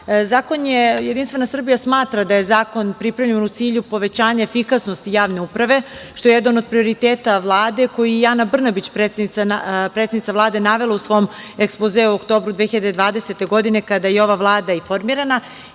organe. Jedinstvena Srbija smatra da je zakon pripremljen u cilju povećanja efikasnosti javne uprave što je jedan o prioriteta Vlade koji je i Ana Brnabić, predsednica Vlade navela u svom ekspozeu u oktobru 2020. godine kada je ova Vlada i formirana.